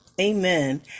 Amen